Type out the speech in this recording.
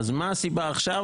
מה הסיבה עכשיו,